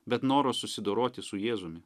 bet noro susidoroti su jėzumi